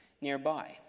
nearby